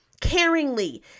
caringly